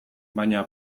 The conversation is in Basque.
baina